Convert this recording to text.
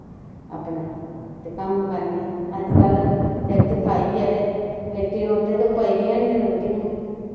अपने ते कम्म करने अजकल जागत खाइयै ते लेटी रौंह्दे ते ओह् पचदियां नेईं थी रुट्टियां